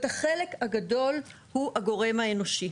החלק הגדול הוא הגורם האנושי.